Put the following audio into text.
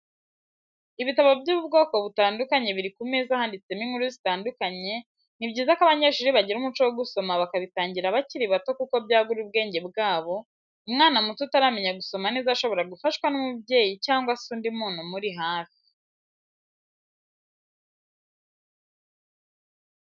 Ibitabo by'ubwoko butandukanye biri ku meza handitsemo inkuru zitandukanye, ni byiza ko abanyeshuri bagira umuco wo gusoma bakabitangira bakiri bato kuko byagura ubwenge bwabo, umwana muto utaramenya gusoma neza shobora gufashwa n'umubyeyi cyangwa se undi muntu umuri hafi.